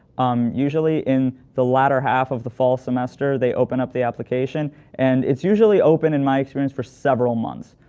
um usually in the latter half of the fall semester, they open up the application and it's usually open in my experience for several months.